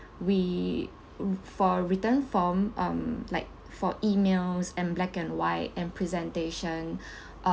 we for written form um like for emails and black and white and presentation